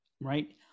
right